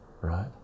right